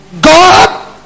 God